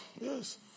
Yes